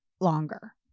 longer